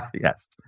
Yes